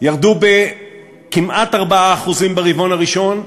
ירדו בכמעט 4% ברבעון הראשון,